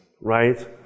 right